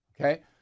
Okay